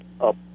up